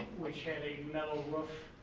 which had a metal roof.